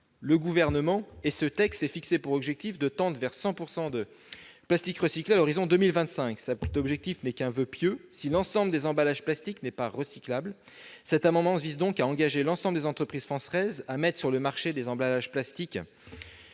le Gouvernement se donne pour objectif de tendre vers 100 % de plastique recyclé à l'horizon de 2025, mais ce ne sera qu'un voeu pieux si l'ensemble des emballages en plastique ne sont pas recyclables. Cet amendement vise donc à engager l'ensemble des entreprises françaises à mettre sur le marché des emballages en plastique